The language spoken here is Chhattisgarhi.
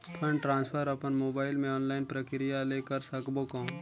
फंड ट्रांसफर अपन मोबाइल मे ऑनलाइन प्रक्रिया ले कर सकबो कौन?